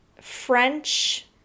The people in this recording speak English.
French